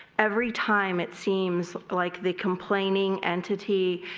every time it seems like the complaining entity,